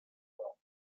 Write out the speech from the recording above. wealth